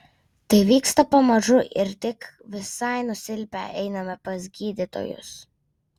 tai vyksta pamažu ir tik visai nusilpę einame pas gydytojus